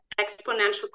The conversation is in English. exponential